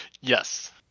Yes